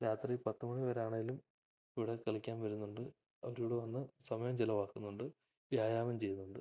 രാത്രി പത്തു മണി വരെ ആണേലും ഇവിടെ കളിക്കാൻ വരുന്നുണ്ട് അവരിവിടെ വന്നു സമയം ചെലവാക്കുന്നുണ്ട് വ്യായാമം ചെയ്യുന്നുണ്ട്